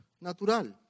natural